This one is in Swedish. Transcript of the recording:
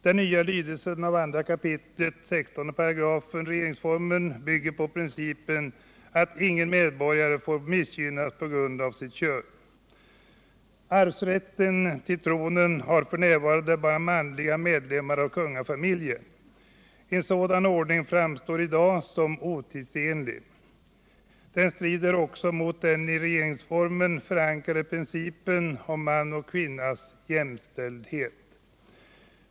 Den nya lydelsen av tidigare 2 kap. 168 regeringsformen bygger på principen att ingen medborgare får missgynnas på grund av sitt kön. Arvsrätt till tronen har f. n. bara manliga medlemmar av kungafamiljen. En sådan ordning framstår i dag som otidsenlig. Den strider också mot den i regeringsformen förankrade principen om mans och kvinnas jämställdhet.